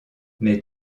mais